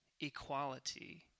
equality